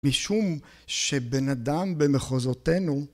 משום שבן אדם במחוזותינו